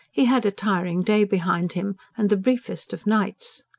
he had a tiring day behind him, and the briefest of nights.